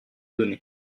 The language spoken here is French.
donner